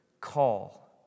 call